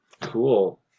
Cool